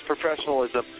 professionalism